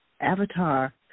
avatar